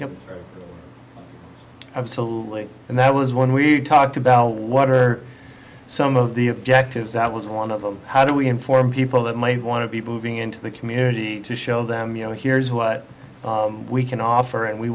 yeah absolutely and that was one we talked about what are some of the objectives that was one of them how do we inform people that might want to be proving into the community to show them you know here's what we can offer and we